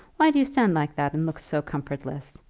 why do you stand like that and look so comfortless?